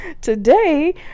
Today